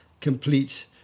complete